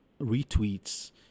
retweets